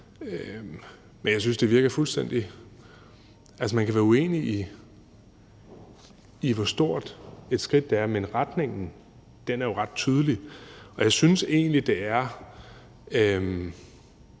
og derfor går vi med til det her. Altså, man kan være uenig i, hvor stort et skridt det er, men retningen er jo ret tydelig, og jeg synes egentlig, det er